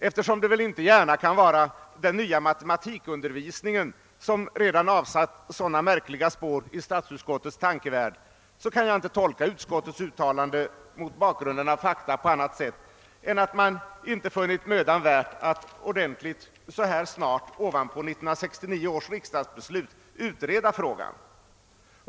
Eftersom det väl inte gärna kan vara den nya matematikundervisningen som redan avsatt sådana märkliga spår i statsutskottets tankevärld, kan jag mot bakgrund av fakta inte tolka utskottets ställningstagande på annat sätt än så, att man inte funnit det mödan värt att så här snart efter 1969 års riksdagsbeslut ordentligt utreda frågan.